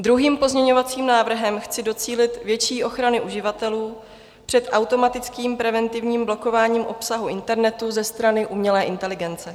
Druhým pozměňovacím návrhem chci docílit větší ochrany uživatelů před automatickým preventivním blokováním obsahu internetu ze strany umělé inteligence.